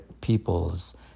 peoples